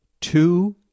two